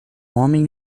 homem